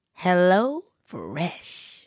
HelloFresh